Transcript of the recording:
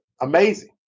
amazing